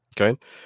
okay